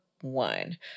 one